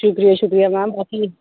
शुक्रिया शुक्रिया मैम बहुत ई